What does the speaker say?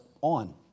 on